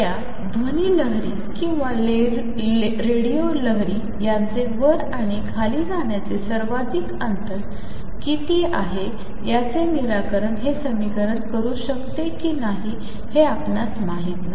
त्या ध्वनि लहरी किंवा रेडिओ लहरी यांचे वर आणि खाली जाण्याचे सर्वाधिक अंतर किती आहे याचे निराकरण हे समीकरण करू शकते कि नाही हे आपणास माहित नाही